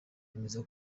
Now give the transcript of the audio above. yemeza